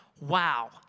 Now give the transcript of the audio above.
wow